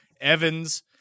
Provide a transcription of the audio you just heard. Evans